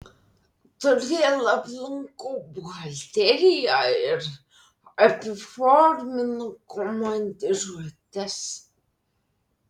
todėl aplankau buhalteriją ir apiforminu komandiruotes